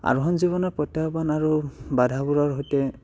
আৰোহণ জীৱনৰ প্ৰত্যাহ্বান আৰু বাধাবোৰৰ সৈতে